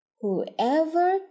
whoever